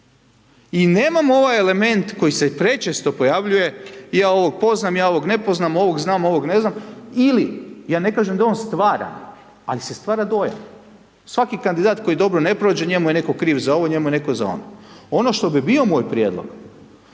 I nemamo ovaj element koji se prečesto pojavljuje, ja ovog poznam, ja ovog ne poznam, ovog znam, ovog ne znam ili, ja ne kažem da je on stvaran, ali se stvara dojam. Svaki kandidat koji dobro ne prođe njemu je netko kriv za ovo, njemu je netko za ono. Ono što bi bio moj prijedlog